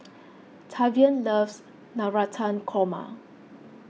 Tavian loves Navratan Korma